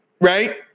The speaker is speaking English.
right